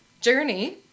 journey